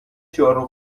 جارو